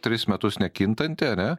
tris metus nekintanti ane